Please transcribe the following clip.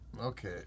Okay